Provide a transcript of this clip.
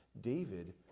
David